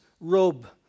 robe